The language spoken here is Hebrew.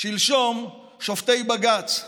שלשום שופטי בג"ץ,